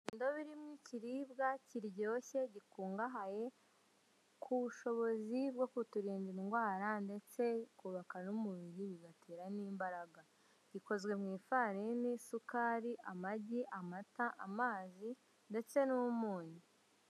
Indobo irimo ikiribwa kiryoshye gikungahaye kubushobozi bwo kuturinda indwara ndetse bikubaka n'umubiri bigatera n'imbaraga. Bikozwe mu ifararini, isukari, amagi, amata, amazi ndetse n'umunyu.